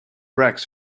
rex